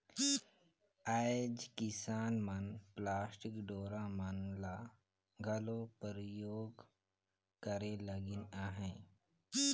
आएज किसान मन पलास्टिक डोरा मन ल घलो परियोग करे लगिन अहे